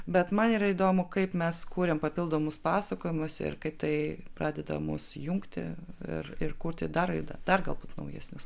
bet man yra įdomu kaip mes kuriam papildomus pasakojimus ir kaip tai pradeda mus jungti ir ir kurti dar ir dar galbūt naujesnius